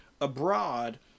abroad